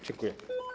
Dziękuję.